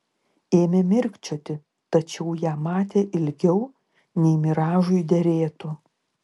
ėmė mirkčioti tačiau ją matė ilgiau nei miražui derėtų